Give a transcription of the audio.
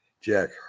Jack